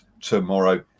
tomorrow